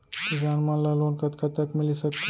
किसान मन ला लोन कतका तक मिलिस सकथे?